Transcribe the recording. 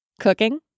cooking